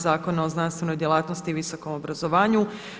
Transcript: Zakona o znanstvenoj djelatnosti i visokom obrazovanju.